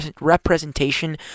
representation